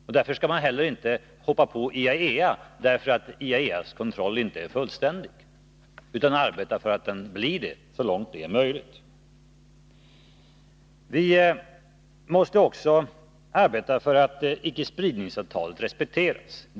Och därför skall man inte heller hoppa på IAEA för att dess kontroll inte är fullständig utan arbeta för att den blir det så långt det är möjligt. Vi måste också arbeta för att icke-spridningsavtalet respekteras.